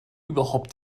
überhaupt